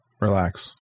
Relax